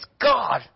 God